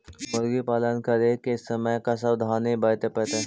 मुर्गी पालन करे के समय का सावधानी वर्तें पड़तई?